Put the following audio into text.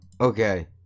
okay